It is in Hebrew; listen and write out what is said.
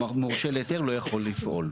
מורשה להיתר אינו יכול לפעול.